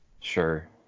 Sure